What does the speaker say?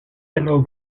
yellow